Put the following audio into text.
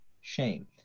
shame